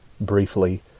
briefly